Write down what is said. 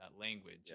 language